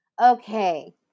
Okay